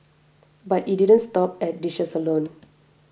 but it didn't stop at dishes alone